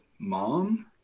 mom